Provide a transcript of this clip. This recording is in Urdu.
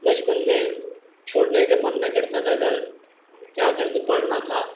بچپن میں چھوڑنے کا من نہ کرتا تھا گھر کیا کرتے پڑھنا تھا